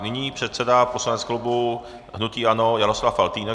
Nyní předseda poslanec klubu hnutí ANO Jaroslav Faltýnek.